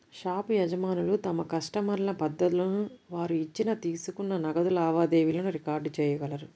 shop యజమానులు తమ కస్టమర్ల పద్దులను, వారు ఇచ్చిన, తీసుకున్న నగదు లావాదేవీలను రికార్డ్ చేయగలరు